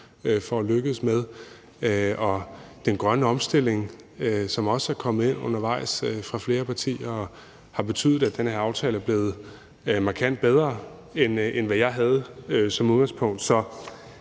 for at lykkes med. Og den grønne omstilling, som også er kommet ind undervejs fra flere partier, har betydet, at den her aftale er blevet markant bedre, end hvad jeg havde som udgangspunkt.